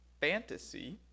fantasy